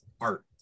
art